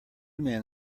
men